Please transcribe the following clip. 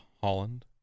Holland